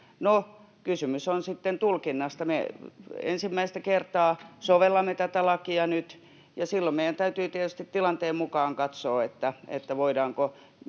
kysymys on sitten tulkinnasta. Me ensimmäistä kertaa sovellamme tätä lakia nyt, ja silloin meidän täytyy tietysti tilanteen mukaan katsoa, voidaanko